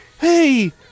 hey